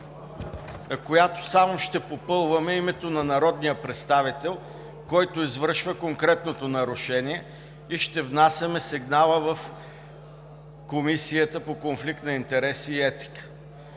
в която само ще попълваме името на народния представител, който извършва конкретното нарушение – ще внасяме сигнал в Комисията по конфликт на интереси и